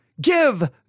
give